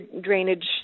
drainage